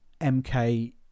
MK